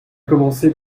commencé